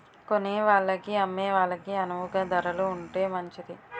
కొనేవాళ్ళకి అమ్మే వాళ్ళకి అణువుగా ధరలు ఉంటే మంచిది